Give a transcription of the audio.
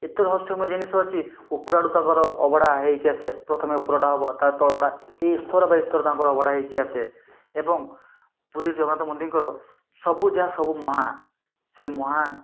ଏତେ ରହସ୍ୟମୟ ଜିନିଷ ଅଛି ଉପର ଆଡ଼ୁ ତାଙ୍କର ଅଭଡ଼ା ହେଇକି ଆସେ ପ୍ରଥମେ ଉପରଟା ହବ ତା ତଳଟା ଏଇ ସ୍ତର ବାଇ ସ୍ତର ତାଙ୍କର ଅଭଡ଼ା ହେଇକି ଆସେ ଏବଂ ପୁରୀ ଜଗନ୍ନାଥ ମନ୍ଦିଙ୍କର ସବୁ ଯାହା ସବୁ ମହା ସେ ମହା